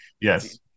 yes